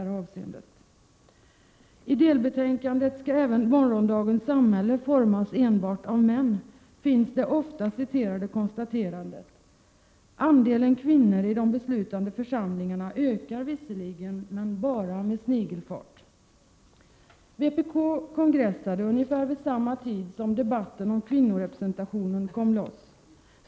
I delbetänkandet ”Skall även morgondagens samhälle formas enbart av män” finns det ofta citerade konstaterandet: ”Andelen kvinnor i de beslutande församlingarna ökar visserligen, men bara med snigelfart.” Vpk kongressade ungefär vid samma tid som debatten om kvinnorepresentationen började.